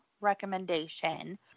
recommendation